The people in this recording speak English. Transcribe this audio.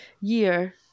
year